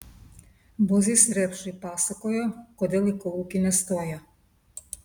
bozys rėpšui pasakojo kodėl į kolūkį nestojo